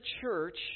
church